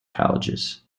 colleges